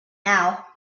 now